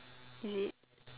is it